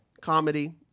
Comedy